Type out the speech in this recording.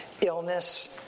illness